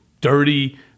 dirty